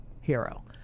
Hero